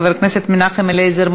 חברת הכנסת יעל גרמן,